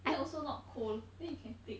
then also not cold then you can take